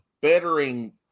bettering